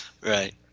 Right